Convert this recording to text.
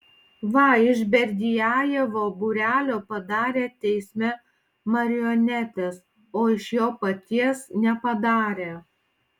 va iš berdiajevo būrelio padarė teisme marionetes o iš jo paties nepadarė